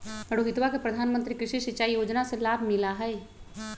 रोहितवा के प्रधानमंत्री कृषि सिंचाई योजना से लाभ मिला हई